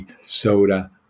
soda